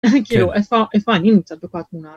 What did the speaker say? כאילו, איפה אני נמצאת בכל התמונה